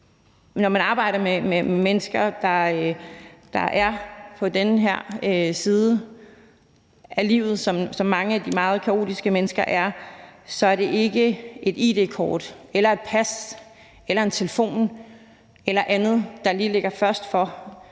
når man arbejder med mennesker, der er på den her side af livet, som mange af de meget kaotiske mennesker er, at det så ikke er et id-kort, et pas, en telefon eller andet, der lige ligger først for.